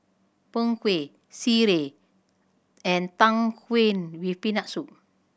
Png Kueh sireh and Tang Yuen with Peanut Soup